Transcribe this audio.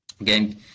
again